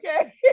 okay